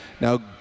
Now